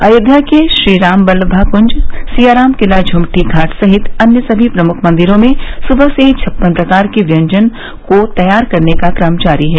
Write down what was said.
अयोध्या के श्रीरामबल्लभा कुंज सियाराम किला झुमकी घाट सहित अन्य सभी प्रमुख मंदिरों में सुबह से ही छप्पन प्रकार के व्यंजन को तैयार करने का क्रम जारी है